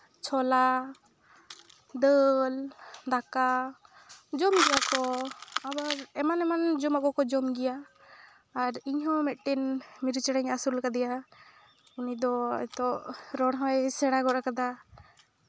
ᱪᱷᱚᱞᱟ ᱫᱟᱹᱞ ᱫᱟᱠᱟ ᱡᱚᱢ ᱜᱮᱭᱟ ᱠᱚ ᱟᱵᱟᱨ ᱮᱢᱟᱱ ᱡᱚᱢᱟᱜ ᱠᱚᱠᱚ ᱡᱚᱢ ᱜᱮᱭᱟ ᱟᱨ ᱤᱧ ᱦᱚᱸ ᱢᱤᱫᱴᱮᱱ ᱢᱤᱨᱩ ᱪᱮᱬᱮᱧ ᱟᱹᱥᱩᱞ ᱠᱟᱫᱮᱭᱟ ᱩᱱᱤ ᱫᱚ ᱱᱤᱛᱚᱜ ᱨᱚᱲ ᱦᱚᱸᱭ ᱥᱮᱬᱟ ᱜᱚᱫ ᱟᱠᱟᱫᱟ